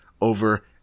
over